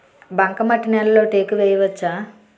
బంకమట్టి నేలలో టేకు వేయవచ్చా?